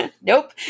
Nope